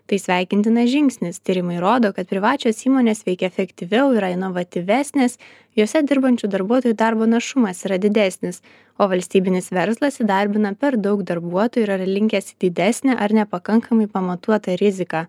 tai sveikintinas žingsnis tyrimai rodo kad privačios įmonės veikia efektyviau yra inovatyvesnės jose dirbančių darbuotojų darbo našumas yra didesnis o valstybinis verslas įdarbina per daug darbuotojų yra linkęs į didesnę ar nepakankamai pamatuotą riziką